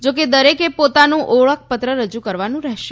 જોકે દરેકે પોતાનું ઓળખપત્ર રજુ કરવું પડશે